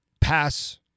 pass